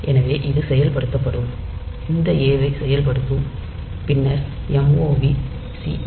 எனவே இது செயல்படுத்தப்படும் இந்த ஏ வைச் செயல்படுத்தும் பின்னர் movc a pc